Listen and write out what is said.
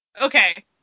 Okay